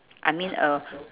I mean a